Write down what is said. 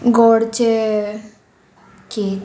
गोडचे cake